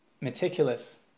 meticulous